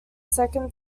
second